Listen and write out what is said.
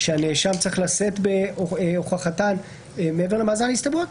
שהנאשם צריך לשאת בהוכחתן מעבר למאזן הסתברויות,